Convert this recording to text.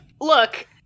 Look